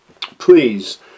please